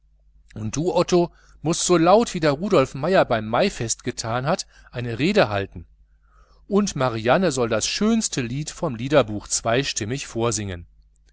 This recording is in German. und otto muß so laut wie es der rudolf meier beim maifest getan hat vom bismarck deklamieren und marianne soll das schönste lied vom liederbuch zweistimmig vorsingen